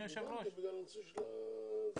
אני יודעת את כנות הלב שלך וניקיון הכפיים שלך בתפקיד הזה.